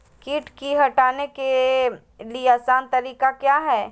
किट की हटाने के ली आसान तरीका क्या है?